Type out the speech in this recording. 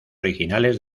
originales